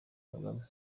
kagame